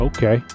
Okay